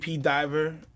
diver